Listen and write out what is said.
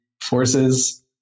forces